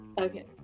okay